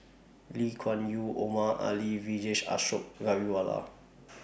Lee Kuan Yew Omar Ali Vijesh Ashok Ghariwala